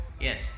Yes